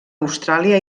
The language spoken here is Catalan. austràlia